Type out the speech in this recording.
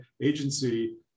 agency